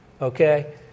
Okay